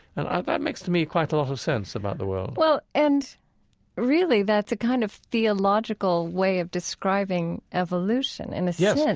and ah that makes, to me, quite a lot of sense about the world well, and really that's a kind of theological way of describing evolution, in a yeah sense,